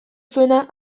zuena